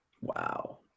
Wow